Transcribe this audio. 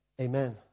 Amen